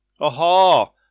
Aha